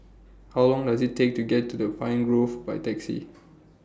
How Long Does IT Take to get to Pine Grove By Taxi